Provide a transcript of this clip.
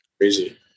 crazy